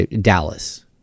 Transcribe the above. Dallas